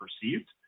perceived